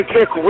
Kick